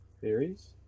Theories